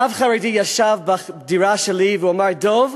רב חרדי ישב בדירה שלי ואמר: דב,